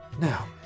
Now